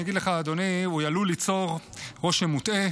ואני אגיד לך, אדוני, החוק עלול ליצור רושם מוטעה